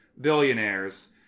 billionaires